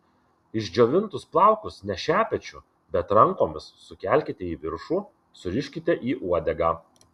išdžiovintus plaukus ne šepečiu bet rankomis sukelkite į viršų suriškite į uodegą